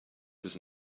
does